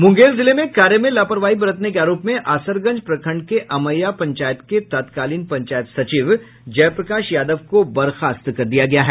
मुंगेर जिले में कार्य में लापरवाही बरतने के आरोप में असरगंज प्रखंड के अमैया पंचायत के तत्कालीन पंचायत सचिव जयप्रकाश यादव को बर्खास्त कर दिया गया है